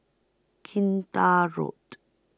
Kinta Road